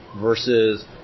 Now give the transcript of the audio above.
versus